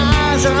eyes